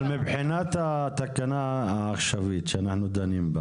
אבל מבחינת התקנה בה אנחנו דנים,